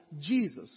Jesus